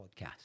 podcast